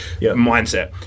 mindset